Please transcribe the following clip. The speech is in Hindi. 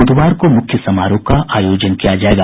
बुधवार को मुख्य समारोह का आयोजन किया जायेगा